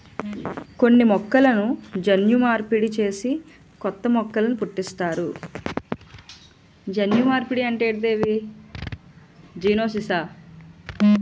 కొన్ని మొక్కలను జన్యు మార్పిడి చేసి కొత్త మొక్కలు పుట్టిస్తారు